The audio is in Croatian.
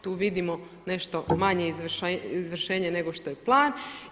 Tu vidimo nešto manje izvršenje nego što je plan.